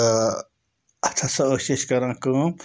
تہٕ اَتھ ہسا ٲسۍ أسۍ کران کٲم